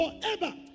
forever